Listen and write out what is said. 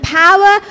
power